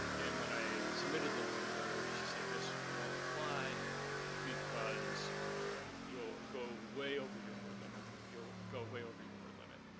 and when i submitted them to her, she said this won't fly because you'll go way over your word limit. you'll go way over your word limit.